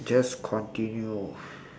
just continue